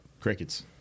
Crickets